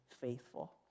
faithful